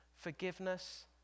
forgiveness